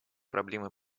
проблема